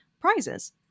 prizes